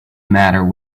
matter